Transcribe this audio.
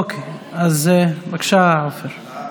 אוקיי, אז בבקשה, עופר.